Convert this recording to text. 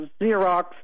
Xerox